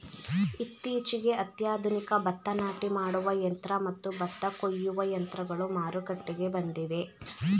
ಇತ್ತೀಚೆಗೆ ಅತ್ಯಾಧುನಿಕ ಭತ್ತ ನಾಟಿ ಮಾಡುವ ಯಂತ್ರ ಮತ್ತು ಭತ್ತ ಕೊಯ್ಯುವ ಯಂತ್ರಗಳು ಮಾರುಕಟ್ಟೆಗೆ ಬಂದಿವೆ